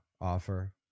offer